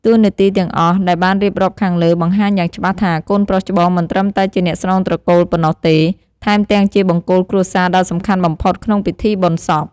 តួនាទីទាំងអស់ដែលបានរៀបរាប់ខាងលើ បង្ហាញយ៉ាងច្បាស់ថា កូនប្រុសច្បងមិនត្រឹមតែជាអ្នកស្នងត្រកូលប៉ុណ្ណោះទេ ថែមទាំងជាបង្គោលគ្រួសារដ៏សំខាន់បំផុតក្នុងពិធីបុណ្យសព។